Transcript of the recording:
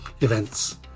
events